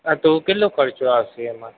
હા તો કેટલો ખર્ચો આવશે એમાં